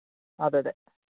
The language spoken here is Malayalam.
അതെയതെ